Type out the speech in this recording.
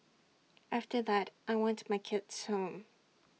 after that I want my kids home